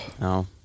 No